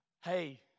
Hey